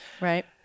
Right